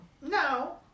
No